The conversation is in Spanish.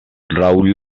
raúl